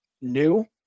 new